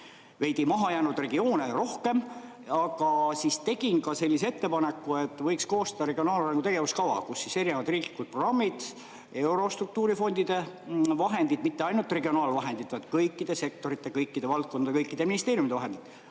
veidi maha jäänud regioone rohkem. Aga siis tegin sellise ettepaneku, et võiks koostada regionaalarengu tegevuskava, mille järgi erinevad riiklikud programmid, Euroopa struktuurifondide vahendid – mitte ainult regionaalvahendid, vaid kõikide sektorite, kõikide valdkondade ja kõikide ministeeriumide vahendid